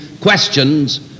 questions